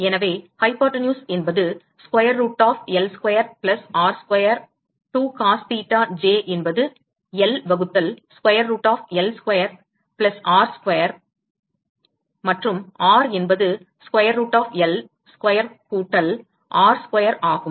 எனவே ஹைப்போடென்யூஸ் என்பது square root of L square plus r square 2 cos theta j என்பது L வகுத்தல் square root of L square plus r square மற்றும் R என்பது square root of L square கூட்டல் r square ஆகும்